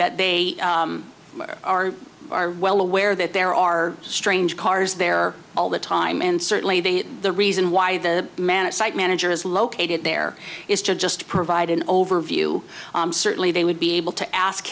that they are are well aware that there are strange cars there all the time and certainly they the reason why the manager site manager is located there is to just provide an overview certainly they would be able to ask